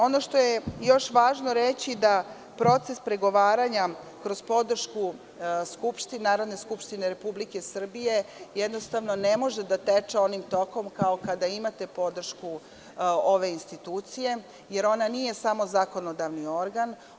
Ono što je još važno reći je da proces pregovaranja kroz podršku Narodne skupštine Republike Srbije jednostavno ne može da teče onim tokom kao kada imate podršku ove institucije, jer ona nije samo zakonodavni organ.